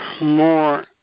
more